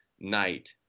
Night